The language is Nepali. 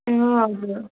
हजुर